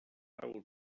will